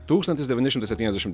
tūkstantis devyni šimtai septyniasdešim